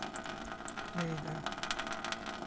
ᱞᱟᱹᱭᱫᱟ